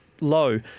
low